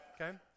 Okay